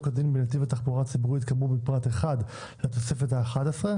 כדין בנתיב התחבורה הציבורית כאמור בפרט (1) לתוספת האחת עשרה,